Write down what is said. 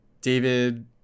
David